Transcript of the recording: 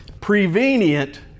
Prevenient